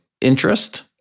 interest